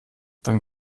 dann